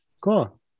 Cool